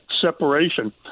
separation